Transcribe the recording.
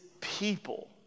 people